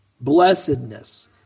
blessedness